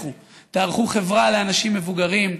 לכו, תארחו חברה לאנשים מבוגרים,